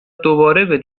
دوباره